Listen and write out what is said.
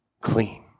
clean